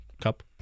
cup